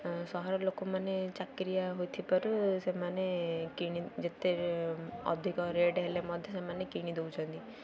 ସହର ଲୋକମାନେ ଚାକିରିଆ ହୋଇଥିବାରୁ ସେମାନେ କିଣି ଯେତେ ଅଧିକ ରେଟ୍ ହେଲେ ମଧ୍ୟ ସେମାନେ କିଣିଦେଉଛନ୍ତି